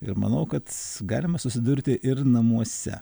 ir manau kad galima susidurti ir namuose